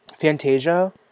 Fantasia